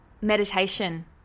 Meditation